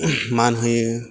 मान होयो